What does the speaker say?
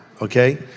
Okay